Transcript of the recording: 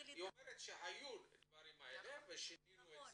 היא אומרת שהיו דברים כאלה והם שינו.